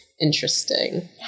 interesting